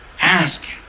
ask